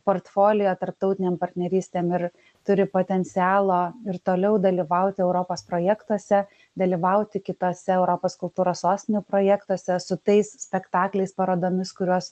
portfolio tarptautinėm partnerystėm ir turi potencialo ir toliau dalyvaut europos projektuose dalyvauti kitose europos kultūros sostinių projektuose su tais spektakliais parodomis kuriuos